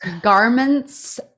Garments